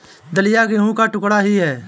दलिया गेहूं का टुकड़ा ही है